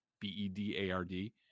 B-E-D-A-R-D